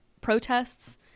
protests